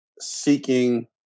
seeking